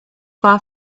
far